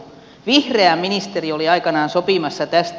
vihreä ministeri oli aikanaan sopimassa tästä